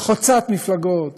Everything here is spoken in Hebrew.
חוצת מפלגות,